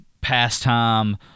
pastime